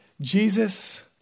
Jesus